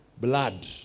blood